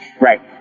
Right